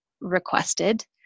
requested